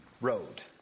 road